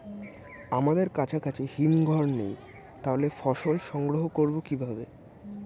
আমাদের কাছাকাছি হিমঘর নেই তাহলে ফসল সংগ্রহ করবো কিভাবে?